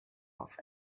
off